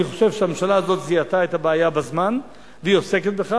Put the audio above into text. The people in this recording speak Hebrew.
אני חושב שהממשלה הזאת זיהתה את הבעיה בזמן והיא עוסקת בכך.